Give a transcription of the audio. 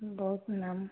बहुत नामी